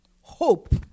hope